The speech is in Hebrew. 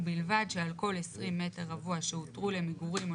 ובלבד שעל כל 20 מ"ר שהותרו למגורים או